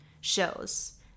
shows